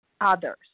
others